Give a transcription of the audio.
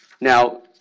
Now –